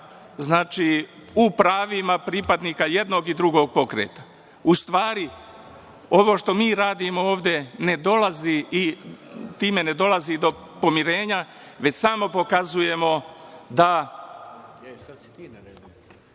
u pravima pripadnika jednog i drugog pokreta. U stvari, ovo što mi radimo ovde time ne dolazi do pomirenja već samo pokazujemo da